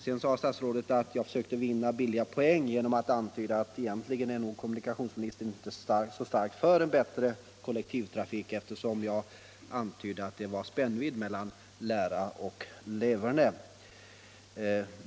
Sedan sade statsrådet att jag försökte vinna billiga poäng genom att antyda att egentligen är nog kommunikationsministern inte så stark anhängare av en bättre kollektivtrafik, eftersom jag sade något om att det var spännvidd mellan lära och leverne.